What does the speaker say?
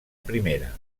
primera